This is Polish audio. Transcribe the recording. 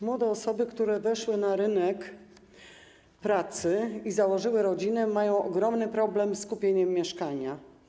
Młode osoby, które weszły na rynek pracy i założyły rodzinę, mają ogromny problem z kupieniem mieszkania.